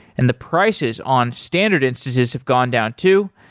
and the prices on standard instances have gone down too.